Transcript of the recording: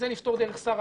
לא ציר בני ברק.